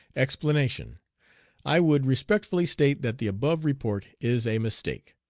explanation i would respectfully state that the above report is a mistake.